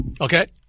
Okay